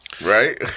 Right